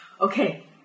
okay